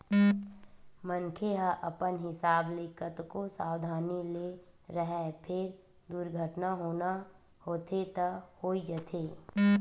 मनखे ह अपन हिसाब ले कतको सवधानी ले राहय फेर दुरघटना होना होथे त होइ जाथे